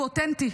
הוא אותנטי.